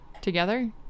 Together